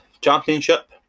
Championship